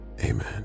amen